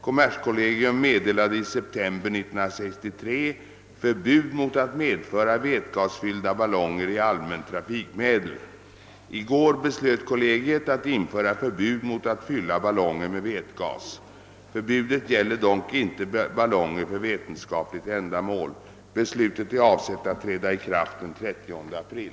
Kommerskollegium meddelade i september 1963 förbud mot att medföra vätgasfyllda ballonger i allmänt trafikmedel. I går beslöt kollegiet att införa förbud mot att fylla ballonger med vätgas. Förbudet gäller dock inte ballonger för vetenskapligt ändamål. Beslutet är avsett att träda i kraft den 30 april.